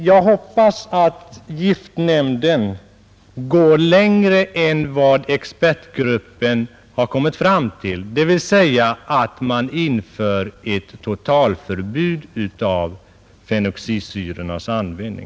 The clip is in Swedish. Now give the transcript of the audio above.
Jag hoppas att giftnämnden går längre än expertgruppen och inför ett totalförbud för fenoxisyrornas användning.